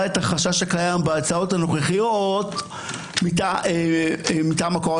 את החשש הקיים בהצעות הנוכחיות מטעם הקואליציה,